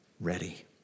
ready